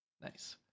Nice